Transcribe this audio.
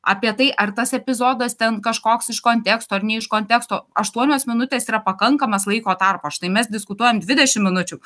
apie tai ar tas epizodas ten kažkoks iš konteksto ar ne iš konteksto aštuonios minutės yra pakankamas laiko tarpas štai mes diskutuojam dvidešim minučių